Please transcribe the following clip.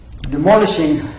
Demolishing